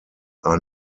are